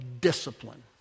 discipline